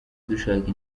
dushaka